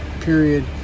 period